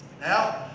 Now